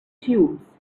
tubes